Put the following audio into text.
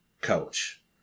coach